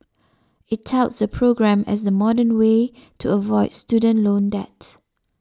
it touts the program as the modern way to avoid student loan debt